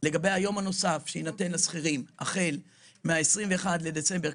לגבי היום הנוסף שיינתן לשכירים החל מה-21 בדצמבר,